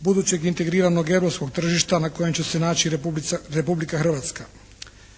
budućeg integriranog europskog tržišta na kojem će se naći Republika Hrvatska.